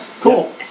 Cool